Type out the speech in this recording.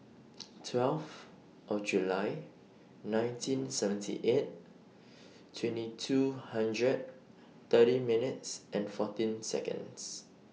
twelve of July nineteen seventy eight twenty two hundred thirty minutes and fourteen Seconds